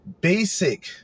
basic